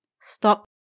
Stop